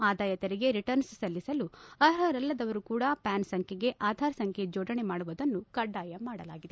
ಆದಾಯ ತೆರಿಗೆ ರಿಟರ್ನ್ಸ್ ಸಲ್ಲಿಸಲು ಅರ್ಹರಲ್ಲದವರೂ ಕೂಡ ಪ್ಲಾನ್ ಸಂಖ್ಲೆಗೆ ಆಧಾರ್ ಸಂಖ್ಲೆ ಜೋಡಣೆ ಮಾಡುವುದನ್ನು ಕಡ್ಡಾಯ ಮಾಡಲಾಗಿದೆ